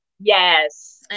Yes